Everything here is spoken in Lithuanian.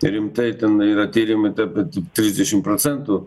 rimtai ten yra tyrimai ta pati trisdešim procentų